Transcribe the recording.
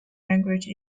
language